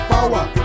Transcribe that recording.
Power